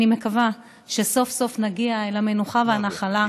אני מקווה שסוף-סוף נגיע אל המנוחה והנחלה,